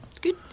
good